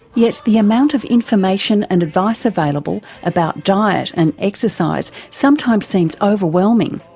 yet, the amount of information and advice available about diet and exercise sometimes seems overwhelming.